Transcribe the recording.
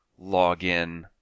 login